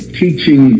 teaching